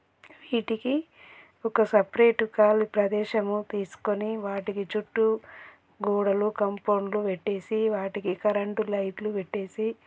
వీటికి ఒక సెపరేట్ కాళి ప్రదేశము తీసుకోని వాటికి చుట్టూ గోడలు కంపౌండ్లు పెట్టేసి వాటికి కరెంటు లైట్లు పెట్టేసి